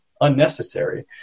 unnecessary